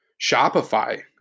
Shopify